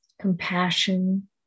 compassion